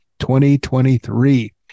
2023